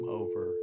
over